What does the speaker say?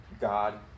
God